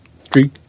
three